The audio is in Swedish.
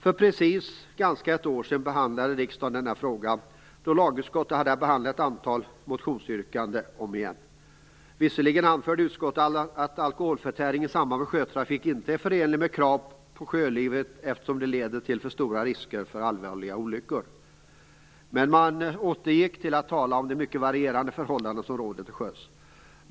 För ganska precis ett år sedan behandlade riksdagen denna fråga då lagutskottet återigen hade att behandla ett antal motionsyrkanden. Visserligen anförde utskottet att alkoholförtäring i samband med sjötrafik inte är förenligt med krav på sjölivet, eftersom det leder till för stora risker för allvarliga olyckor. Men man återgick till att tala om det mycket varierande förhållanden som råder till sjöss.